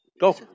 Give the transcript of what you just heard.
Go